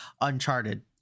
Uncharted